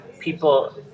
People